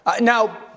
Now